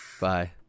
bye